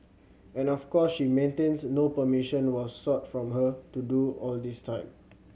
and of course she maintains no permission was sought from her to do all this time